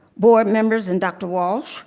board members and dr. walts.